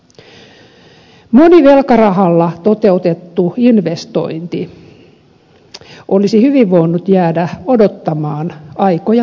moni velkarahalla toteutettu investointi olisi hyvin voinut jäädä odottamaan aikoja parempia